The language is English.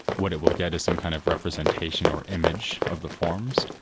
what it will get is some kind of representation or image of the forms,